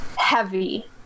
heavy